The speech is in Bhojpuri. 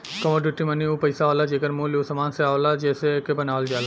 कमोडिटी मनी उ पइसा होला जेकर मूल्य उ समान से आवला जेसे एके बनावल जाला